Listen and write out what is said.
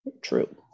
true